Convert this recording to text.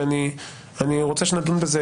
ואני רוצה שנדון בזה.